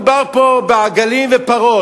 כאילו מדובר פה בעגלים ופרות,